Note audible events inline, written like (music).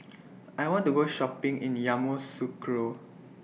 (noise) I want to Go Shopping in Yamoussoukro